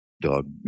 dog